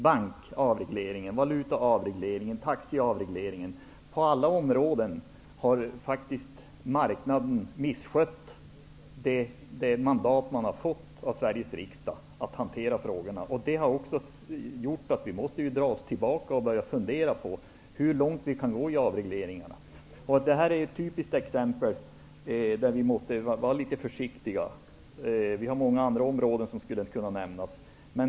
Bankavreglering, valutaavreglering, taxiavreglering -- på alla områden har faktiskt marknaden misskött det mandat den har fått av Sveriges riksdag att hantera frågorna. Det har gjort att vi måste dra oss tillbaka och fundera på hur långt man kan gå med avregleringarna. Gruvnäringen är ett typiskt exempel på områden där vi måste vara försiktiga -- också många andra skulle kunna nämnas.